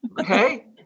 Okay